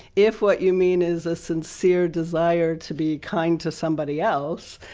if what you mean is a sincere desire to be kind to somebody else,